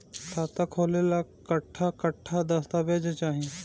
खाता खोले ला कट्ठा कट्ठा दस्तावेज चाहीं?